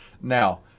Now